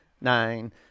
nine